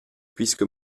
puisque